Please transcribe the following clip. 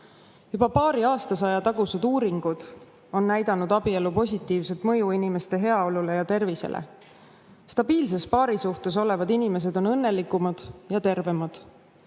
Juba paari aastasaja tagused uuringud on näidanud abielu positiivset mõju inimeste heaolule ja tervisele. Stabiilses paarisuhtes olevad inimesed on õnnelikumad ja tervemad.